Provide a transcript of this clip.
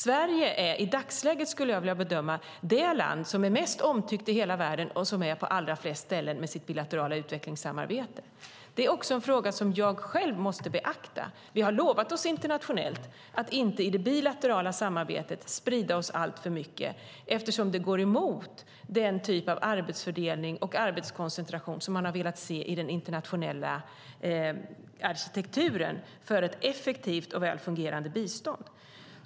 Sverige är i dagsläget, som jag skulle vilja bedöma det, det land som är mest omtyckt i hela världen och som är på allra flest ställen med sitt bilaterala utvecklingssamarbete. Det är också en fråga som jag själv måste beakta. Vi har lovat oss internationellt att i det bilaterala samarbetet inte sprida oss alltför mycket, eftersom det går emot den typ av arbetsfördelning och arbetskoncentration som man har velat se i den internationella arkitekturen för ett effektivt och väl fungerande bistånd.